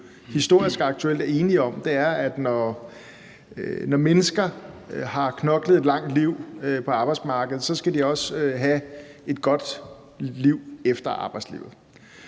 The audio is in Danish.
historisk og aktuelt er enige om, er, at når mennesker har knoklet et langt liv på arbejdsmarkedet, skal de også have et godt liv efter arbejdslivet.